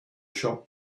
shop